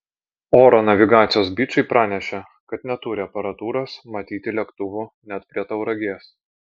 oro navigacijos bičai pranešė kad neturi aparatūros matyti lėktuvų net prie tauragės